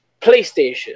playstation